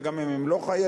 וגם אם הם לא חיילים,